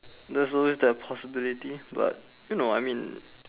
there's always that possibility but you know I mean